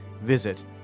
visit